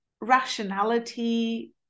rationality